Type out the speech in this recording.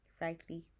rightly